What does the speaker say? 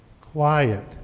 quiet